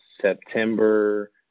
September